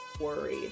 worried